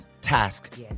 task